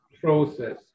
process